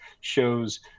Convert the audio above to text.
shows